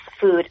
food